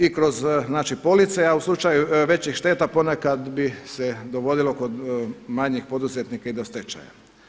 I kroz znači police, a u slučaju većih šteta ponekad bi se dogodilo kod manjih poduzetnika i do stečaja.